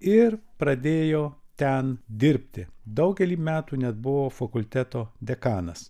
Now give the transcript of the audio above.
ir pradėjo ten dirbti daugelį metų net buvo fakulteto dekanas